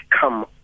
come